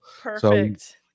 perfect